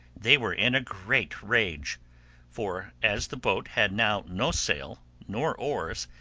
they were in a great rage for, as the boat had now no sail nor oars,